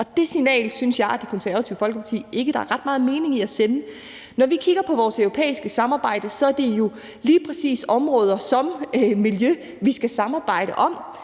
Det signal synes jeg og Det Konservative Folkeparti ikke at der er ret meget mening i at sende. Når vi kigger på vores europæiske samarbejde, er det jo lige præcis områder som miljø, vi skal samarbejde om.